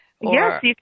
Yes